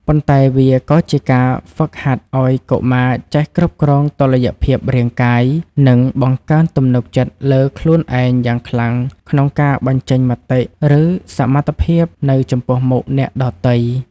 ប៉ុន្តែវាក៏ជាការហ្វឹកហាត់ឱ្យកុមារចេះគ្រប់គ្រងតុល្យភាពរាងកាយ និងបង្កើនទំនុកចិត្តលើខ្លួនឯងយ៉ាងខ្លាំងក្នុងការបញ្ចេញមតិ ឬសមត្ថភាពនៅចំពោះមុខអ្នកដទៃ។